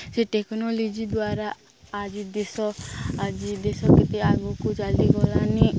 ସେ ଟେକ୍ନୋଲୋଜି ଦ୍ୱାରା ଆଜି ଦେଶ ଆଜି ଦେଶ କେତେ ଆଗୁକୁ ଚାଲିଗଲାଣି